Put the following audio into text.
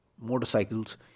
motorcycles